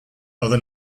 other